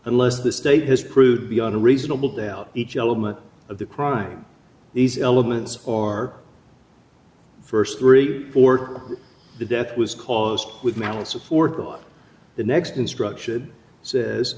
unless the state has proved beyond a reasonable doubt each element of the crime these elements are the first three or the death was caused with malice aforethought the next instruction says